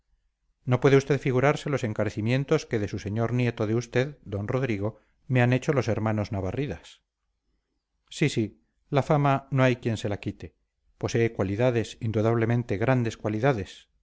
no puede usted figurarse los encarecimientos que de su señor nieto de usted don rodrigo me han hecho los hermanos navarridas sí sí la fama no hay quien se la quite posee cualidades indudablemente grandes cualidades